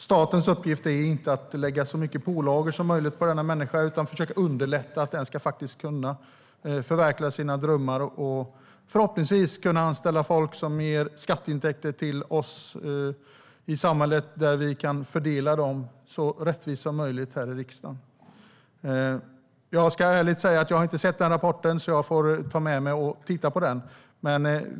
Statens uppgift är inte att lägga så mycket pålagor som möjligt på denna människa utan försöka underlätta att den ska kunna förverkliga sina drömmar och förhoppningsvis kunna anställa människor som ger skatteintäkter till oss i samhället så att vi i riksdagen kan fördela dem så rättvist som möjligt. Jag ska ärligt säga att jag inte har sett rapporten. Jag får ta den med mig och titta på den.